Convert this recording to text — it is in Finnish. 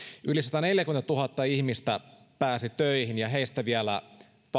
yli sataneljäkymmentätuhatta ihmistä pääsi töihin heistä vielä